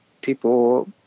people